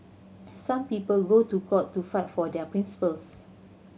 some people go to court to fight for their principles